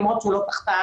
למרות שהוא לא תחתיי,